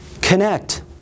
connect